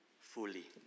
fully